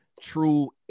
true